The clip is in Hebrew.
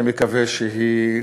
אני מקווה שהיא,